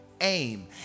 aim